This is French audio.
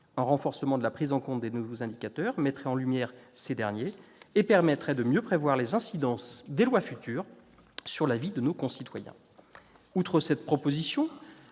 Un renforcement de la prise en compte des nouveaux indicateurs mettrait en lumière ces derniers et permettrait de mieux prévoir les incidences des lois futures sur la vie de nos concitoyens. Nous proposons